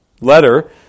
letter